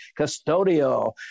custodial